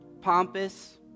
Pompous